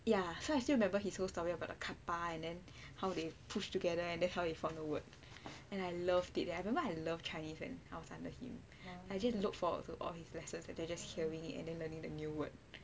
ya so I still remember his whole story about the kappa and how they pushed together and then how he form the word and I loved it eh I remember I love chinese under him I just looked forward to all his lessons then just hearing it and then learning the new word